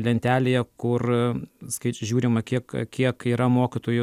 lentelėje kur skai žiūrima kiek kiek yra mokytojų